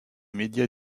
médias